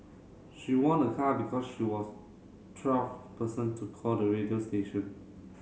she won a car because she was twelve person to call the radio station